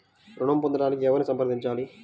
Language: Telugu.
ఋణం పొందటానికి ఎవరిని సంప్రదించాలి?